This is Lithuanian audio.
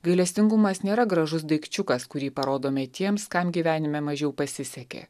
gailestingumas nėra gražus daikčiukas kurį parodome tiems kam gyvenime mažiau pasisekė